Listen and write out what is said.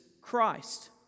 Christ